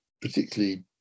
particularly